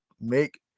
make